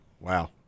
Wow